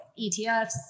ETFs